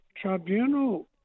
tribunal